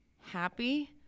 happy